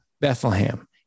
Bethlehem